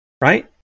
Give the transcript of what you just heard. right